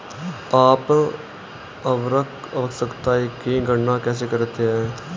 आप उर्वरक आवश्यकताओं की गणना कैसे करते हैं?